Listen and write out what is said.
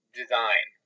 design